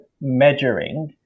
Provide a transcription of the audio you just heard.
measuring